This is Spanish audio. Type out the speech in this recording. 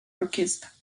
orquesta